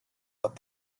that